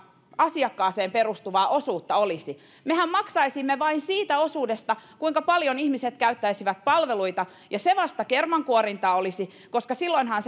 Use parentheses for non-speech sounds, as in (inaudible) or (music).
asiakkaaseen perustuvaa osuutta olisi mehän maksaisimme vain siitä osuudesta kuinka paljon ihmiset käyttäisivät palveluita ja se vasta kermankuorintaa olisi koska silloinhan (unintelligible)